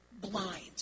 blind